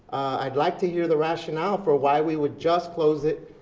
i'd like to hear the rationale for why we would just close it.